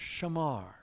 shamar